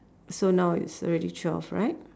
so now it's already twelve right